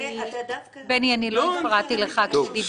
בני, אני לא הפרעתי לך כשדיברת.